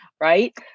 right